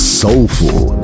soulful